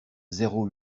zéro